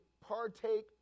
partake